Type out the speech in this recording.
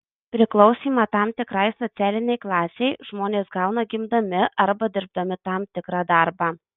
priklausymą tam tikrai socialinei klasei žmonės gauna gimdami arba dirbdami tam tikrą darbą